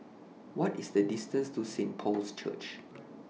What IS The distance to Saint Paul's Church